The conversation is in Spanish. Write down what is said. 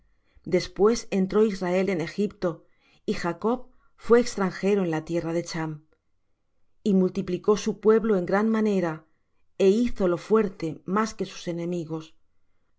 después entró israel en egipto y jacob fué extranjero en la tierra de chm y multiplicó su pueblo en gran manera e hízolo fuerte más que sus enemigos